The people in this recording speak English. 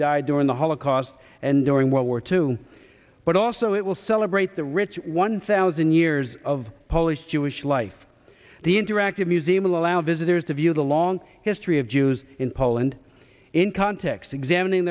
died during the holocaust and during world war two but also it will celebrate the rich one thousand years of polish jewish life the interactive museum allow visitors to view the long history of jews in poland in context examining